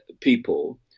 people